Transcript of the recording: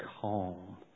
calm